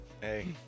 Hey